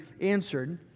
answered